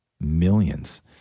Millions